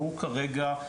הילדים.